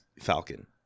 Falcon